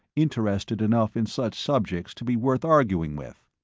interested enough in such subjects to be worth arguing with.